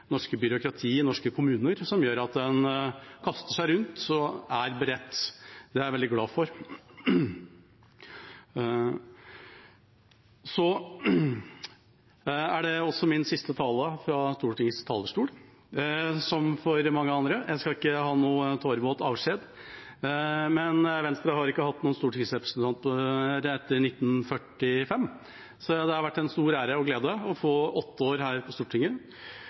er jeg veldig glad for. Dette er også min siste tale fra Stortingets talerstol, som for mange andre. Jeg skal ikke ha noen tårevåt avskjed, men Venstre har ikke hatt noen stortingsrepresentanter fra Oppland etter 1945. Så det har vært en stor ære og glede å få åtte år her på Stortinget